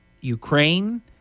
Ukraine